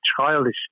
childish